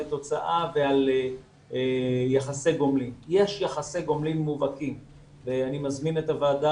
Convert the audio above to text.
יש יחסי גומלין מובהקים ואני מזמין את הוועדה